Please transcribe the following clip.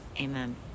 Amen